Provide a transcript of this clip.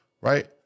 right